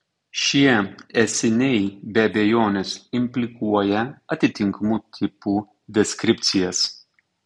šie esiniai be abejonės implikuoja atitinkamų tipų deskripcijas